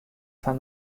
foar